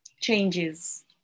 changes